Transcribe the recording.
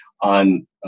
on